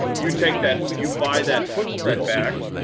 you take that you buy that put spread back,